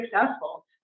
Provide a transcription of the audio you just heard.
successful